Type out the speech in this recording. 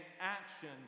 action